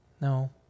No